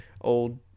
old